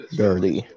dirty